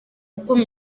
bwihuse